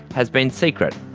has been secret,